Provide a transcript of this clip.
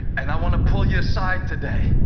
and i want to pull you aside today.